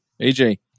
AJ